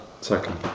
Second